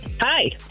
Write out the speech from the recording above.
Hi